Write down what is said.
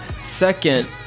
Second